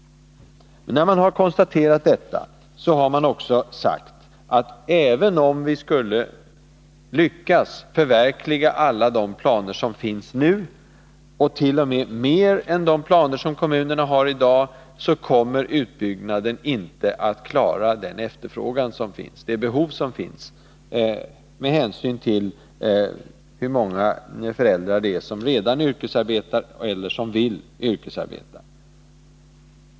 När man har konstaterat detta, har man också sagt att även om vi skulle lyckas förverkliga alla de planer som finns nu — ja, t.o.m. mer än de planer som kommunerna har i dag — så kommer utbyggnaden inte att klara den efterfrågan och det behov som finns med hänsyn till hur många föräldrar det är som redan yrkesarbetar eller vill yrkesarbeta.